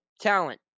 talent